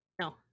No